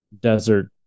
Desert